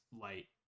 light